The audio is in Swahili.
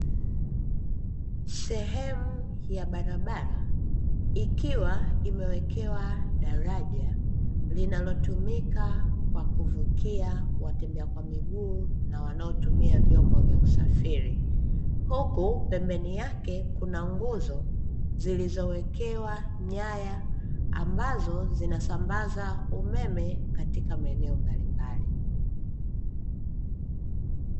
Sehemu ya barabara ikiwa imewekewa daraja, linalotumika kwa watembea kwa miguu na wanaotumia vyombo vya usafiri, huku pembeni yake kuna nguzo zilizowekewa nyaya ambazo zinasambaza umeme katika maeneo mbalimbali.